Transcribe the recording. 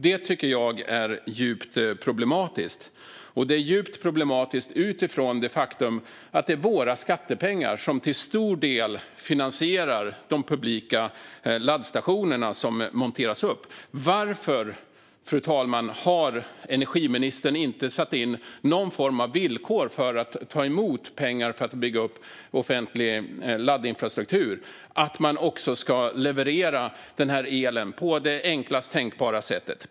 Det tycker jag är djupt problematiskt utifrån det faktum att det är våra skattepengar som till stor del finansierar de publika laddstationer som monteras upp. Varför, fru talman, har energiministern inte satt upp någon form av villkor för att ta emot pengar för att bygga upp offentlig laddinfrastruktur, nämligen att man också ska leverera elen på det enklast tänkbara sättet?